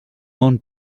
món